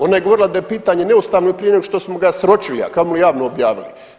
Ona je govorila da je pitanje neustavno prije nego što smo ga sročili, a kamoli javno objavili.